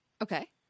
Okay